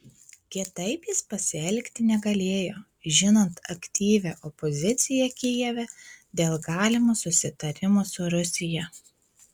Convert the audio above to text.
kitaip jis pasielgti negalėjo žinant aktyvią opoziciją kijeve dėl galimo susitarimo su rusija